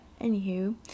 anywho